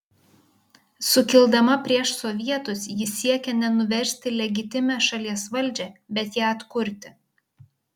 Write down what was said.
sukildama prieš sovietus ji siekė ne nuversti legitimią šalies valdžią bet ją atkurti